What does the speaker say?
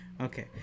okay